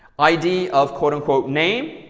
id of quote-unquote name,